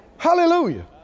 Hallelujah